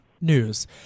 News